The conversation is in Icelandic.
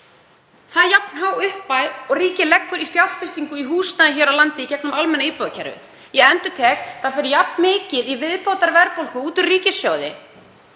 Það er jafn há upphæð og ríkið leggur í fjárfestingu í húsnæði hér á landi í gegnum almenna íbúðakerfið. — Ég endurtek: Það fer jafn mikið í viðbótarverðbólgu út úr ríkissjóði